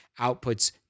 outputs